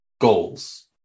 goals